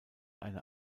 eine